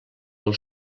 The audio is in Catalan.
del